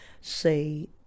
say